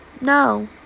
no